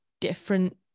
different